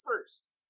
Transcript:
first